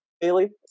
bailey